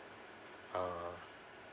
uh